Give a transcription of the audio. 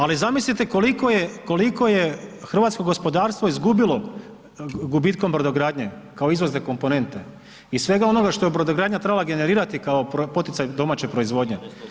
Ali zamislite koliko je hrvatsko gospodarstvo izgubilo gubitkom brodogradnje kao izvozne komponente i svega onoga što je brodogradnja trebala generirati kao poticaj domaće proizvodnje.